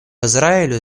израилю